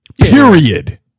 Period